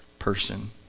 person